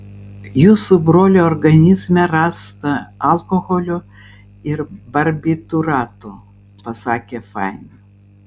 jūsų brolio organizme rasta alkoholio ir barbitūratų pasakė fain